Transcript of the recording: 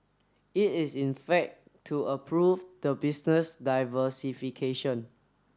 it is in fact to approve the business diversification